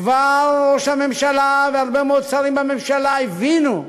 כבר ראש הממשלה והרבה מאוד שרים בממשלה הבינו,